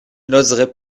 n’oserais